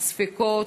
ספקות,